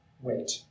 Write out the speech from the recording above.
wait